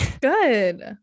Good